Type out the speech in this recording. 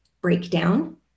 breakdown